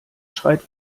schreit